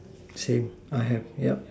same I have yup